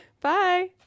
bye